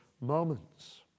moments